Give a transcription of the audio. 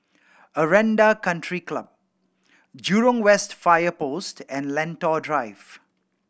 Aranda Country Club Jurong West Fire Post and Lentor Drive